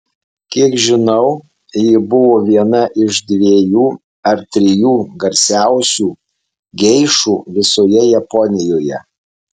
kiek žinau ji buvo viena iš dviejų ar trijų garsiausių geišų visoje japonijoje